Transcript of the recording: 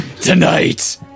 Tonight